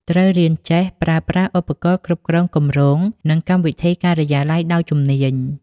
ត្រូវរៀនចេះប្រើប្រាស់ឧបករណ៍គ្រប់គ្រងគម្រោង និងកម្មវិធីការិយាល័យដោយជំនាញ។